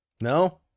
no